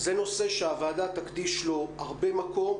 זה נושא שהוועדה תקדיש לו הרבה מקום,